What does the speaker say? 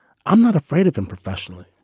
i'm not afraid of him professionally.